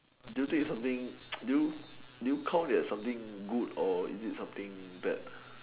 do you think it's something do you do you call that something good or is it something bad